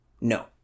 No